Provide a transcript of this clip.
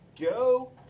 go